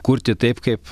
kurti taip kaip